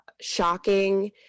shocking